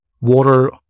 water